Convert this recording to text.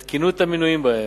את תקינות המינויים שבהם,